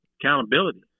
Accountability